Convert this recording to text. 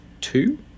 two